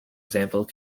example